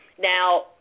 Now